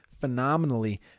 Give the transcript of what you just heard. phenomenally